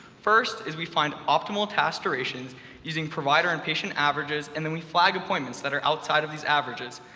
first is we find optimal test durations using provider and patient averages, and then we flag appointments that are outside of these averages.